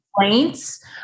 complaints